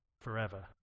forever